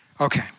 Okay